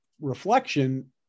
reflection